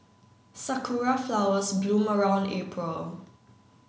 sakura flowers bloom around April